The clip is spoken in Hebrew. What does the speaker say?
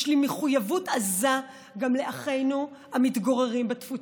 לי מחויבות עזה גם לאחינו המתגוררים בתפוצות.